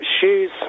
Shoes